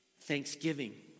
thanksgiving